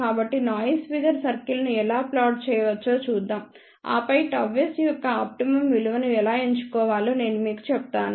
కాబట్టి noise figure సర్కిల్ను ఎలా ప్లాట్ చేయవచ్చో చూద్దాం ఆపై ΓS యొక్క ఆప్టిమమ్ విలువను ఎలా ఎంచుకోవాలో నేను మీకు చెప్తాను